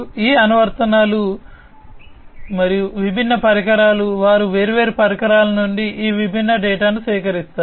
ఈ అనువర్తనాలు మరియు విభిన్న పరికరాలు వారు వేర్వేరు పరికరాల నుండి ఈ విభిన్న డేటాను సేకరిస్తారు